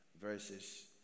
verses